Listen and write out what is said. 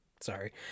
sorry